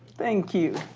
thank you.